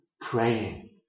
praying